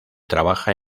trabaja